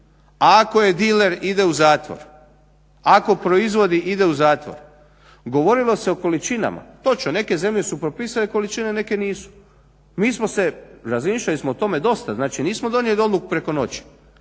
Ako je diler ide u zatvor, ako proizvodi ide u zatvor. Govorilo se o količinama. Točno neke zemlje su propisale količine, neke nisu. Mi smo se, razmišljali smo o tome dosta, znači nismo donijeli odluku preko noći.